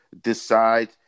decide